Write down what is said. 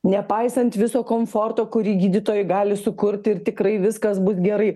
nepaisant viso komforto kurį gydytojai gali sukurti ir tikrai viskas bus gerai